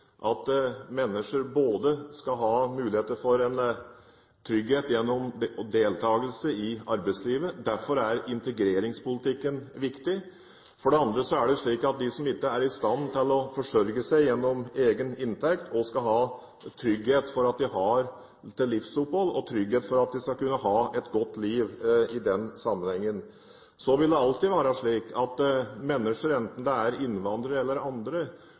at mennesker skal ha muligheter for en trygghet gjennom deltakelse i arbeidslivet. Derfor er integreringspolitikken viktig. For det andre er det slik at de som ikke er i stand til å forsørge seg gjennom egen inntekt, også skal ha trygghet for at de har til livsopphold, slik at de skal kunne ha et godt liv i den sammenhengen. Det vil alltid være slik at mennesker, enten det er innvandrere eller andre,